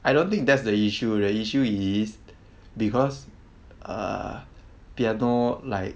I don't think that's the issue the issue is because err piano like